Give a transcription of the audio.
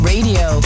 Radio